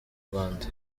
rwanda